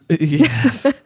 yes